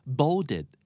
bolded